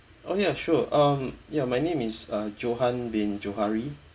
oh ya sure um ya my name is uh johan bin johari